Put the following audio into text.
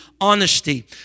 honesty